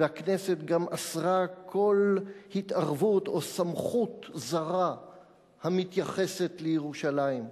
והכנסת גם אסרה כל התערבות או סמכות זרה המתייחסת לירושלים.